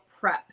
Prep